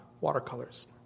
watercolors